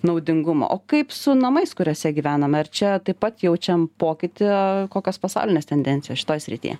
naudingumą o kaip su namais kuriuose gyvename ar čia taip pat jaučiam pokytį kokios pasaulinės tendencijos šitoj srity